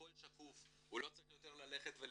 הכל שקוף, הוא לא צריך יותר ללכת ולבקש,